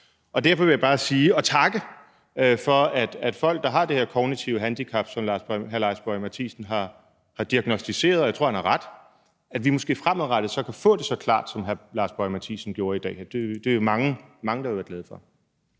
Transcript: på. Derfor vil jeg bare takke for, at folk, der har det her kognitive handicap, som hr. Lars Boje Mathiesen har diagnosticeret – og jeg tror, han har ret – så måske fremadrettet kan få det forklaret så klart, som hr. Lars Boje Mathiesen gjorde i dag. Det er vi mange der vil være glade for.